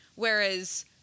Whereas